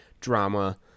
drama